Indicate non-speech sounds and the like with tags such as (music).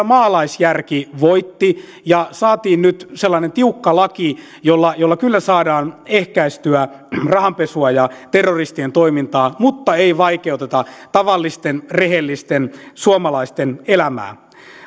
(unintelligible) maalaisjärki voitti ja saatiin nyt sellainen tiukka laki jolla jolla kyllä saadaan ehkäistyä rahanpesua ja terroristien toimintaa mutta ei vaikeuteta tavallisten rehellisten suomalaisten elämää